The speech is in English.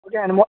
okay any more